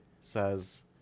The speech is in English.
says